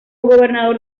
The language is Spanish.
gobernador